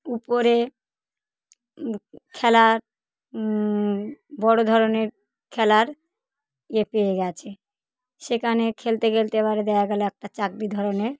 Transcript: উপরে খেলার বড়ো ধরনের খেলার ইয়ে পেয়ে গেছে সেখানে খেলতে খেলতে আবার দেখা গেলো একটা চাকরি ধরনের